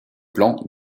plan